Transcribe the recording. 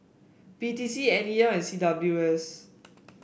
P T C N E L and C W S